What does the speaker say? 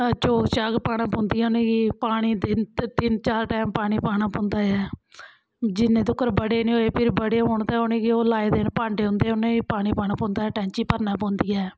चोग चाग पाना पौंदी ऐ उ'नेंगी पानी दिन तिन्न चार टैम पानी पाना पौंदा ऐ जिन्ने तकर बड़े नी होए फिर बड़े होन ते ओह् लाए दे न भांडे उं'दे उ'नेंगी पानी पाना पौंदा ऐ टैंची भरना पौंदी ऐ